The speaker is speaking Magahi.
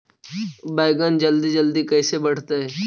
बैगन जल्दी जल्दी कैसे बढ़तै?